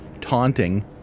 taunting